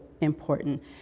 important